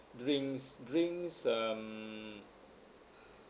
drinks drinks um